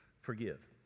forgive